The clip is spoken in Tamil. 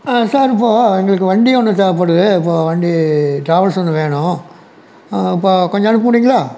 சார் இப்போது எங்களுக்கு வண்டி ஒன்று தேவைப்படுது இப்போது வண்டி டிராவல்ஸ் ஒன்று வேணும் இப்போது கொஞ்சம் அனுப்ப முடியுங்களா